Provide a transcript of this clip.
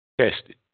Tested